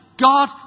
God